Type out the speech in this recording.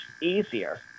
easier